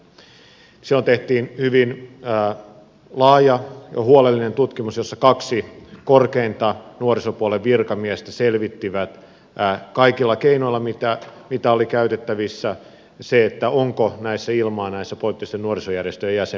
silloin tehtiin hyvin laaja ja huolellinen tutkimus jossa kaksi korkeinta nuorisopuolen virkamiestä selvitti kaikilla keinoilla mitä oli käytettävissä sen onko näissä poliittisten nuorisojärjestöjen jäsenmäärissä ilmaa